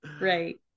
right